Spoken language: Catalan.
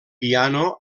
piano